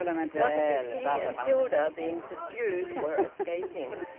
it was as if he and hilda, being pursued, were escaping.